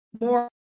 more